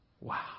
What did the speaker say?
Wow